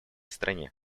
стране